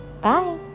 bye